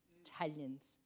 Italians